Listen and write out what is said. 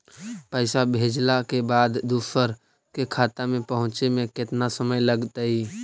पैसा भेजला के बाद दुसर के खाता में पहुँचे में केतना समय लगतइ?